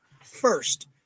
first